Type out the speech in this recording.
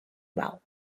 well